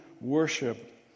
worship